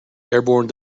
airborne